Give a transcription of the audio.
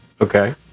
Okay